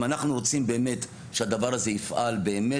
אם אנחנו רוצים שהדבר הזה יפעל באמת